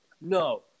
No